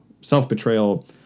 self-betrayal